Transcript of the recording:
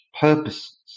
purposes